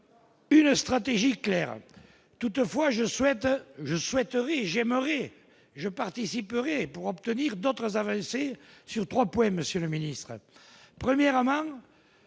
une stratégie claire toutefois je souhaite je souhaiterais j'aimerais je participerai pour obtenir d'autres avancées sur 3 points : Monsieur le Ministre, premièrement,